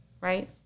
right